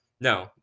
No